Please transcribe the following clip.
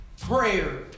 prayer